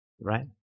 right